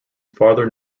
farther